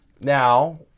Now